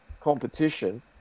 competition